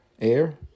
air